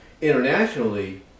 internationally